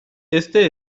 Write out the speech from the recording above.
este